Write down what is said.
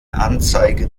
anzeige